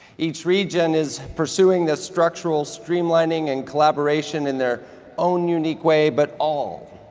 each region is pursuinging this structural streamlineing and collaboration in their own unique way, but all,